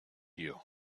you